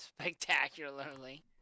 spectacularly